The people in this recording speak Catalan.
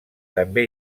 també